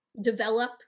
develop